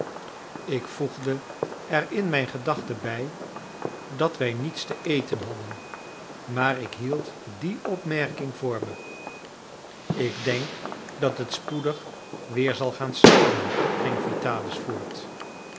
ik voegde er in mijn gedachten bij dat wij niets te eten hadden maar ik hield die opmerking voor me ik denk dat het spoedig weer zal gaan sneeuwen ging vitalis voort